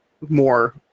more